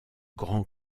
grand